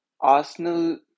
Arsenal